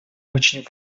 очень